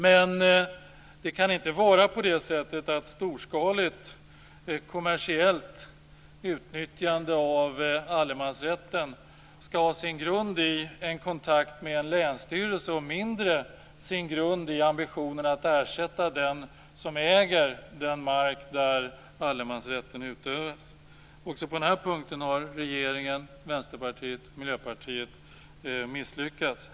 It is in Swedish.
Men det kan inte vara så att ett storskaligt, kommersiellt utnyttjande av allemansrätten skall ha sin grund i kontakten med en länsstyrelse och mindre ha sin grund i ambitionen att ersätta den som äger den mark där allemansrätten utövas. Också på denna punkt har regeringen, Vänsterpartiet och Miljöpartiet misslyckats.